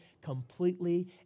completely